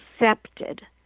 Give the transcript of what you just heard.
accepted